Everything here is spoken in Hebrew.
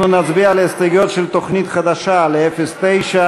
אנחנו נצביע על ההסתייגויות של תוכנית חדשה ב-09,